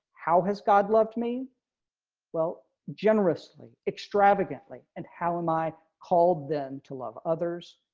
how has god loved me well generously extravagantly and how am i called them to love others.